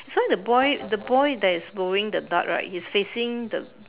so the boy the boy that is throwing the dart right he's facing the